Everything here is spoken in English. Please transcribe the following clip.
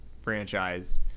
franchise